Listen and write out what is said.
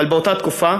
אבל באותה תקופה,